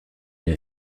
une